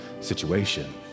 situation